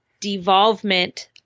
devolvement